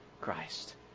Christ